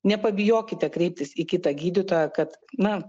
nepabijokite kreiptis į kitą gydytoją kad na